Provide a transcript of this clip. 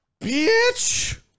Bitch